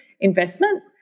investment